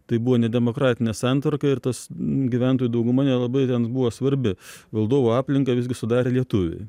tai buvo nedemokratinė santvarka ir tas gyventojų dauguma nelabai ten buvo svarbi valdovo aplinką visgi sudarė lietuviai